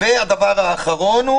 ודבר אחרון,